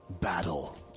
battle